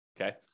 okay